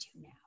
now